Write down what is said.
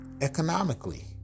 economically